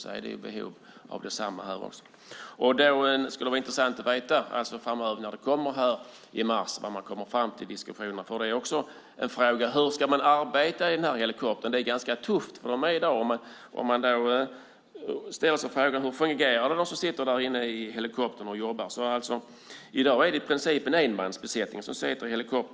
Därför finns det behov av helikopter. Det ska bli intressant att se vad man kommer fram till i mars. En fråga gäller hur man ska arbeta i helikoptern. Det är ganska tufft som det är i dag. Man kan fundera på hur det fungerar för den som sitter i helikoptern och jobbar. I dag är det i princip en enmansbesättning i form av en pilot.